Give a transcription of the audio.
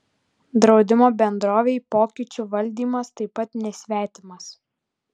draudimo bendrovei pokyčių valdymas taip pat nesvetimas